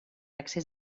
excés